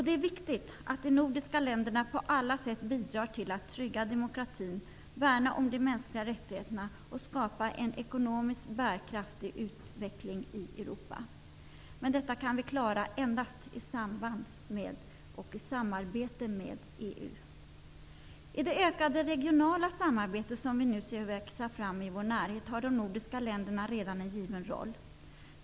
Det är viktigt att de nordiska länderna på alla sätt bidrar till att trygga demokratin, till att värna om de mänskliga rättigheterna och till att skapa en ekonomisk bärkraftig utveckling i Europa. Men detta kan vi klara endast i samarbete med EU. I det ökade regionala samarbete som vi nu ser växa fram i vår närhet, har de nordiska länderna redan en given roll.